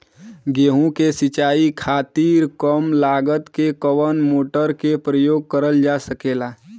गेहूँ के सिचाई खातीर कम लागत मे कवन मोटर के प्रयोग करल जा सकेला?